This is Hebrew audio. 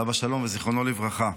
עליו השלום וזיכרונו לברכה.